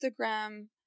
instagram